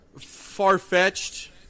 far-fetched